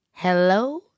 Hello